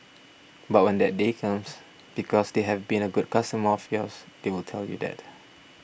but when that day comes because they have been a good customer of yours they will tell you that